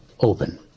open